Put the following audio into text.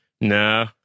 No